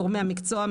גורמי המקצוע,